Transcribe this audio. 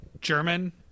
German